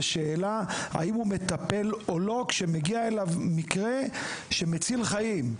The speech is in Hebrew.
השאלה אם הוא מטפל או לא כשמגיע אליו מקרה שמציל חיים,